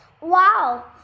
Wow